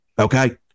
Okay